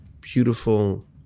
Beautiful